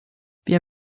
wir